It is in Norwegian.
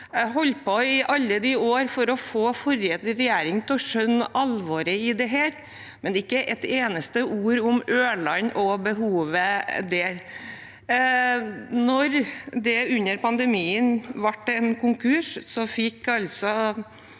holdt på i mange år for å få forrige regjering til å skjønne alvoret i dette, men det kom ikke et eneste ord om Ørland og behovet der. Da det under pandemien ble en konkurs, fikk